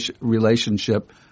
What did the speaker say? relationship